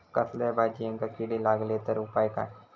कसल्याय भाजायेंका किडे लागले तर उपाय काय?